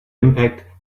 impact